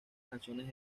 canciones